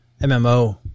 MMO